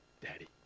daddy